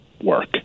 work